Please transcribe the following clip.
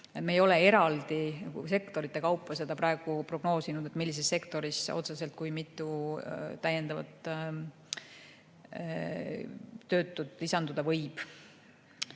me ei ole eraldi sektorite kaupa prognoosinud, et millises sektoris kui mitu täiendavat töötut lisanduda võib.